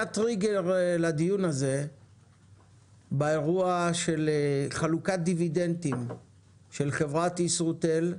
היה טריגר לדיון הזה באירוע של חלוקת דיבידנדים של חברת ישרוטל,